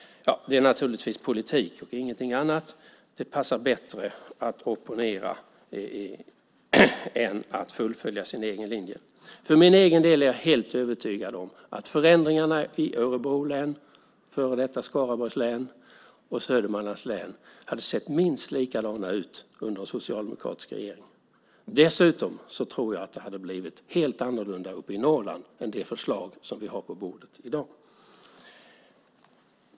Det är naturligtvis politik och ingenting annat. Det passar bättre att opponera än att fullfölja sin egen linje. För min egen del är jag övertygad om att förändringarna i Örebro län, före detta Skaraborgs län och Södermanlands län hade sett minst likadana ut under en socialdemokratisk regering. Dessutom tror jag att det hade blivit helt annorlunda uppe i Norrland än med det förslag som vi har på bordet i dag.